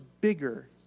bigger